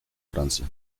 francia